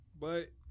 But-